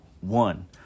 one